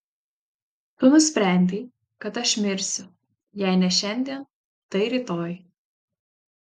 tu nusprendei kad aš mirsiu jei ne šiandien tai rytoj